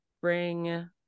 bring